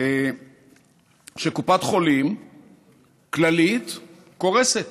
שקופת חולים כללית קורסת.